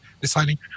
deciding